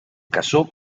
casó